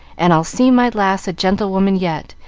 and i'll see my lass a gentlewoman yet,